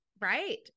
right